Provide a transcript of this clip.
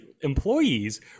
employees